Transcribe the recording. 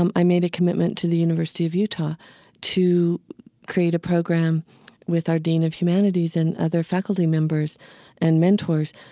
um i made a commitment to the university of utah to create a program with our dean of humanities and other faculty members and mentors.